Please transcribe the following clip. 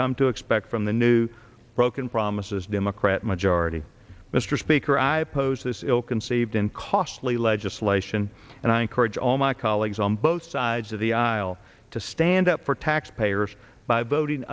come to expect from the new broken promises democrat majority mr speaker i oppose this ill conceived and costly legislation and i encourage all my colleagues on both sides of the aisle to stand up for taxpayers by voting